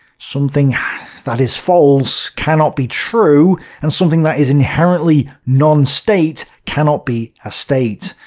something that is false, cannot be true, and something that is inherently non-state cannot be a state.